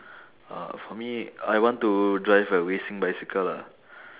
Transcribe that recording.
uh for me I want to drive a racing bicycle lah